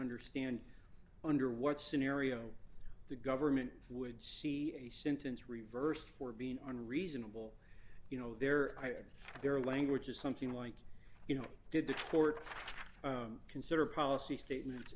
understand under what scenario the government would see a sentence reversed for being on reasonable you know they're either their language or something like you know did the court consider policy statements